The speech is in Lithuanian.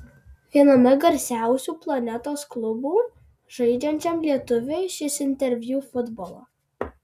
viename garsiausių planetos klubų žaidžiančiam lietuviui šis interviu futbolo